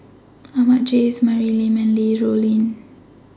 Ahmad Jais Mary Lim and Li Rulin